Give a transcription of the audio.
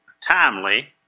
timely